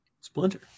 Splinter